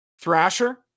Thrasher